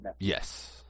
Yes